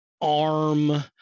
arm